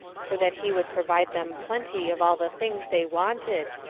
for that he would provide them plenty of all the things they wanted,